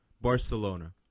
Barcelona